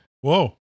Whoa